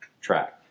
track